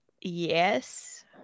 Yes